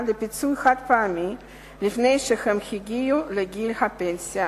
לפיצוי חד-פעמי לפני שהם הגיעו לגיל הפנסיה.